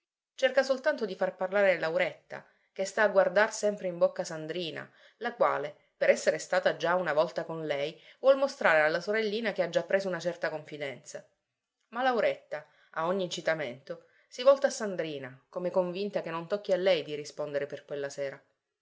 cerca soltanto di far parlare lauretta che sta a guardar sempre in bocca sandrina la quale per esser stata già una volta con lei vuol mostrare alla sorellina che ha già preso una certa confidenza ma lauretta a ogni incitamento si volta a sandrina come convinta che non tocchi a lei di rispondere per quella sera